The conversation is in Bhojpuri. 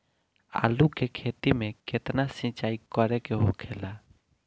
आलू के खेती में केतना सिंचाई करे के होखेला?